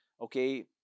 okay